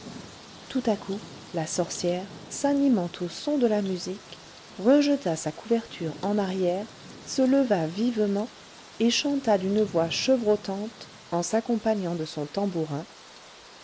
tout à coup la sorcière s'animant au son de la musique rejeta sa couverture en arrière se leva vivement et chanta d'une voix chevrotante en s'accompagnant de son tambourin